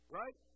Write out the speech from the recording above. right